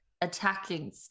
attacking